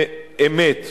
אמת.